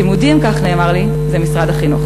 לימודים, כך נאמר לי, זה משרד החינוך.